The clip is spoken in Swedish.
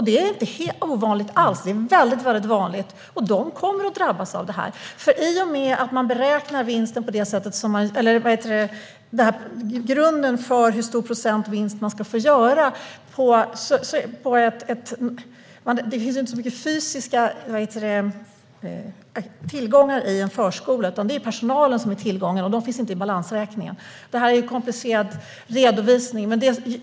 Det är inte ovanligt utan mycket vanligt. De kommer att drabbas. Grunden handlar om hur stor procents vinst man får göra. Det finns inte så mycket fysiska tillgångar i en förskola, utan det är personalen som är tillgången. De finns inte i balansräkningen. Det är en komplicerad redovisning.